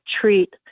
treat